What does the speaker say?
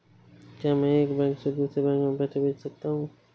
क्या मैं एक बैंक से दूसरे बैंक में पैसे भेज सकता हूँ?